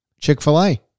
Chick-fil-A